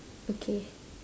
okay